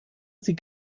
sie